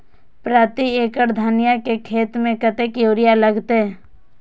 प्रति एकड़ धनिया के खेत में कतेक यूरिया लगते?